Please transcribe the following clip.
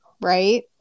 right